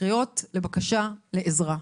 קריאות לבקשה לעזרה.